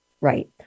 Right